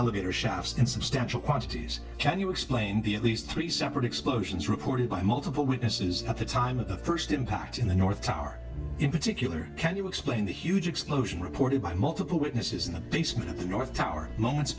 elevator shaft in substantial quantities can you explain the at least three separate explosions reported by multiple witnesses at the time of the first impact in the north tower in particular can you explain the huge explosion reported by multiple witnesses in the basement of the north tower moments